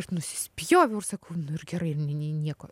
aš nusispjoviau ir sakau nu ir gerai nieko